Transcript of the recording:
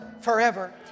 forever